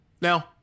Now